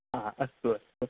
हा अस्तु अस्तु